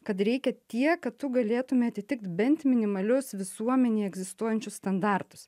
kad reikia tiek kad tu galėtume atitikt bent minimalius visuomenėje egzistuojančius standartus